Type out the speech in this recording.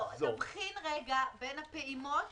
נבחין רגע בין הפעימות